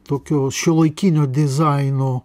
tokios šiuolaikinio dizaino